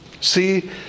See